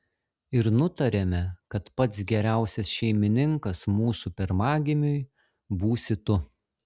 ir nutarėme kad pats geriausias šeimininkas mūsų pirmagimiui būsi tu